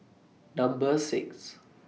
Number six